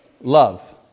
Love